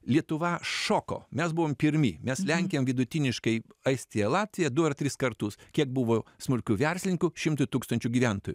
lietuva šoko mes buvom pirmi mes lenkėm vidutiniškai estiją latviją du ar tris kartus kiek buvo smulkių verslininkų šimtui tūkstančių gyventojų